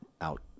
out